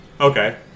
Okay